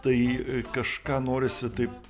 tai kažką norisi taip